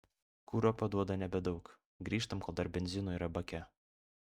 kuro paduoda nebedaug grįžtam kol dar benzino yra bake